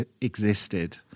existed